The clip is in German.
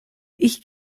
ich